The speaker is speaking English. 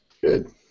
Good